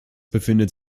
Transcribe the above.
befindet